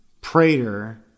Prater –